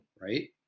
right